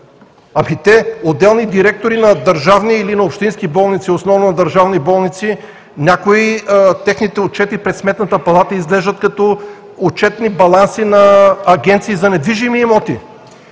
Отделни директори на държавни или на общински болници и основно държавни болници, а техните отчети пред Сметната палата изглеждат като отчетни баланси на агенции за недвижими имоти